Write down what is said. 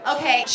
Okay